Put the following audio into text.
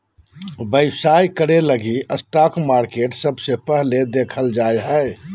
व्यवसाय करे लगी स्टाक मार्केट सबसे पहले देखल जा हय